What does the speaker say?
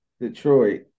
Detroit